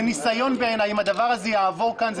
אם הדבר הזה עבור כאן,